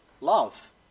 love